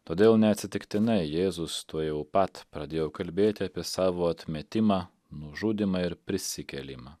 todėl neatsitiktinai jėzus tuojau pat pradėjo kalbėti apie savo atmetimą nužudymą ir prisikėlimą